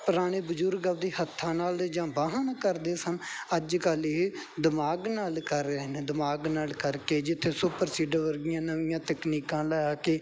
ਪੁਰਾਣੇ ਬਜ਼ੁਰਗ ਆਪਣੇ ਹੱਥਾਂ ਨਾਲ ਜਾਂ ਵਾਹਨ ਕਰਦੇ ਸਨ ਅੱਜ ਕੱਲ੍ਹ ਇਹ ਦਿਮਾਗ ਨਾਲ ਕਰ ਰਹੇ ਨੇ ਦਿਮਾਗ ਨਾਲ ਕਰਕੇ ਜਿੱਥੇ ਸੁਪਰ ਸੀਡਰ ਵਰਗੀਆਂ ਨਵੀਆਂ ਤਕਨੀਕਾਂ ਲਾ ਕੇ